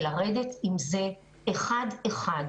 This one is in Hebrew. נרד לזה אחד אחד.